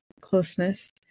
closeness